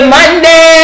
Monday